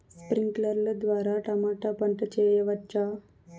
స్ప్రింక్లర్లు ద్వారా టమోటా పంట చేయవచ్చా?